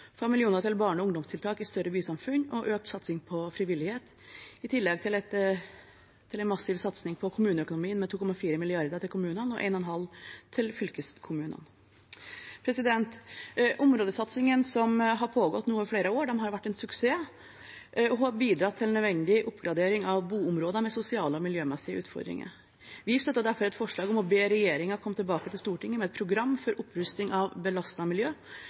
til barne- og ungdomstiltak i større bysamfunn og økt satsing på frivillighet, i tillegg til en massiv satsing på kommuneøkonomien med 2,4 mrd. kr til kommunene og 1,5 mrd. kr til fylkeskommunene. Områdesatsingene, som nå har pågått over flere år, har vært en suksess og har bidratt til nødvendig oppgradering av boområder med sosiale og miljømessige utfordringer. Vi støtter derfor et forslag om å be regjeringen komme tilbake til Stortinget med et program for opprusting av